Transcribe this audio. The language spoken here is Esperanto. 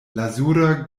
lazura